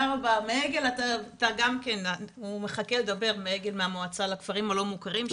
מעיגל גם מחכה לדבר, מהמועצה לכפרים הלא מוכרים.